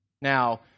Now